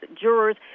jurors